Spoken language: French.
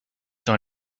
dans